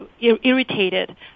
irritated